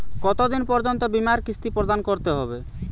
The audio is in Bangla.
কতো দিন পর্যন্ত বিমার কিস্তি প্রদান করতে হবে?